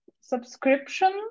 subscription